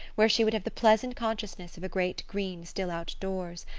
where she would have the pleasant consciousness of a great green still outdoors,